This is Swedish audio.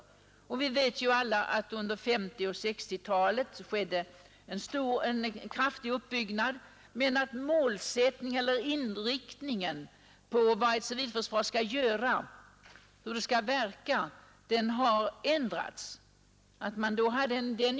Under 1950 och 1960-talen skedde en kraftig uppbyggnad, men målsättningen för civilförsvaret, hur det skall verka, har ändrats.